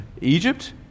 Egypt